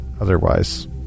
otherwise